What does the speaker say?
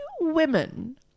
women